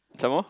some more